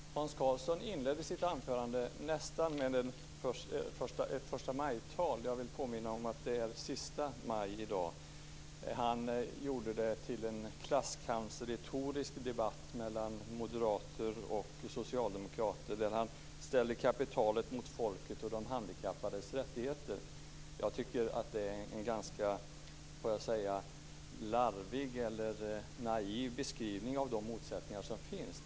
Herr talman! Hans Karlsson inledde sitt anförande med ett förstamajtal, nästan. Jag vill påminna om att det är den sista maj i dag. Han gjorde det här till en klasskampsretorisk debatt mellan moderater och socialdemokrater där han ställde kapitalet mot folket och de handikappades rättigheter. Jag får säga att jag tycker att det är en ganska larvig eller naiv beskrivning av de motsättningar som finns.